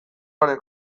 garen